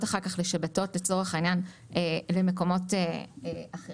אחר כך לשבתות לצורך העניין למקומות אחרים.